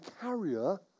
carrier